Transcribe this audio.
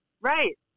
Right